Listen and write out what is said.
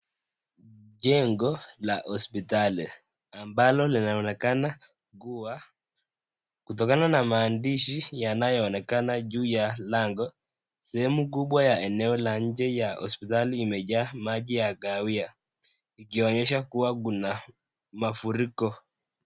Chengo la hospitali ambalo linaonekana kuwa, kutokana na mwandishi yanaoneka juu ya lango sehemu kubwa eneo la njee ya hospitali imejaa maji ya kawia ikonyesha kuwa na mafuriko.